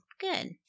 Good